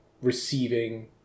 receiving